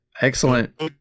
excellent